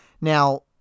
now